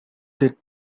did